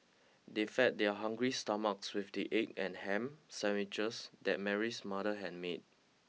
they fed their hungry stomachs with the egg and ham sandwiches that Mary's mother had made